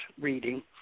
reading